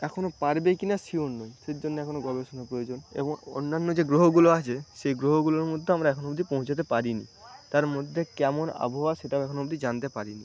এখনো পারবেই কিনা সিওর নই সেজন্য এখন গবেষণার প্রয়োজন এবং অন্যান্য যে গ্রহগুলো আছে সেই গ্রহগুলোর মধ্যে আমরা এখনো অব্দি পৌঁছাতে পারিনি তার মধ্যে কেমন আবহাওয়া সেটাও এখনো অব্দি জানতে পারিনি